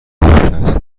شصت